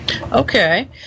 Okay